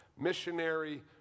missionary